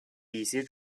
一些